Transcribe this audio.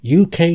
UK